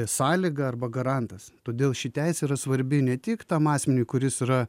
sąlyga arba garantas todėl ši teisė yra svarbi ne tik tam asmeniui kuris yra